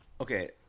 Okay